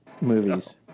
movies